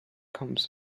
comes